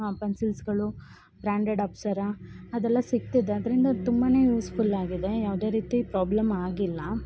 ಆ ಪೆನ್ಸಿಲ್ಸ್ಗಳು ಬ್ರ್ಯಾಂಡೆಡ್ ಅಪ್ಸರಾ ಅದೆಲ್ಲ ಸಿಕ್ತಿದೆ ಅದರಿಂದ ತುಂಬನೆ ಯೂಸ್ ಫುಲ್ಲ್ಲಾಗಿದೆ ಯಾವುದೇ ರೀತಿ ಪ್ರಾಬ್ಲಮ್ ಆಗಿಲ್ಲ